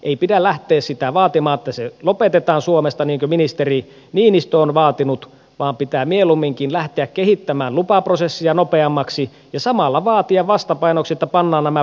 ei pidä lähteä sitä vaatimaan että se lopetetaan suomesta niin kuin ministeri niinistö on vaatinut vaan pitää mieluumminkin lähteä kehittämään lupaprosessia nopeammaksi ja samalla vaatia vastapainoksi että pannaan nämä päästöt kuriin